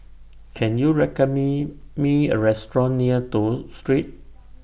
Can YOU recommend Me A Restaurant near Toh Street